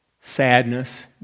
sadness